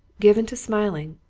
given to smiling,